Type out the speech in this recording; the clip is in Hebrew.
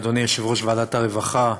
אדוני יושב-ראש ועדת הרווחה.